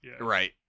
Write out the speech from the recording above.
right